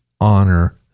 honor